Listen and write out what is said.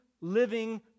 living